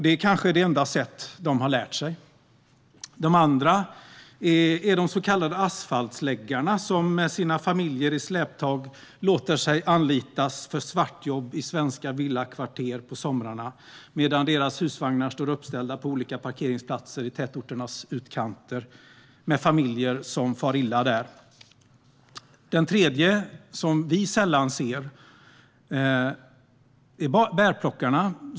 Det kanske är det enda sätt de har lärt sig. Den andra är de så kallade asfaltsläggarna, som med sina familjer i släptåg låter sig anlitas för svartjobb i svenska villakvarter på somrarna medan deras husvagnar står uppställda på olika parkeringsplatser i tätorternas utkanter, där familjerna far illa. Den tredje, som vi sällan ser, är bärplockarna.